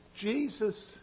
Jesus